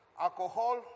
alcohol